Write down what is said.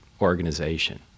organization